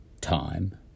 time